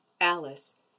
Alice